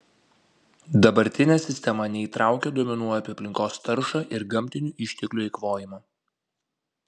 dabartinė sistema neįtraukia duomenų apie aplinkos taršą ir gamtinių išteklių eikvojimą